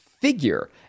figure